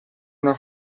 una